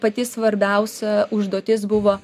pati svarbiausia užduotis buvo